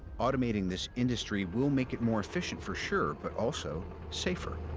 automating this industry will make it more efficient, for sure, but also safer.